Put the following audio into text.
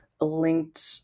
linked